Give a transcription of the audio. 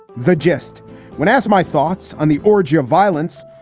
the gist when asked my thoughts on the orgy of violence.